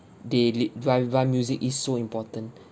daily vivant music is so important